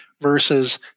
versus